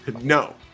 No